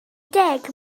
deg